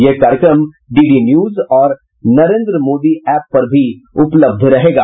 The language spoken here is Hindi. यह कार्यक्रम डीडी न्यूज और नरेन्द्र मोदी ऐप पर उपलब्ध रहेगा